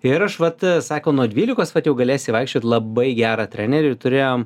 ir aš vat sako nuo dvylikos vat jau galėsi vaikščiot labai gerą trenerį turėjom